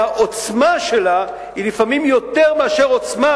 שהעוצמה שלה היא לפעמים יותר מאשר עוצמה